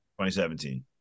2017